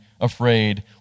afraid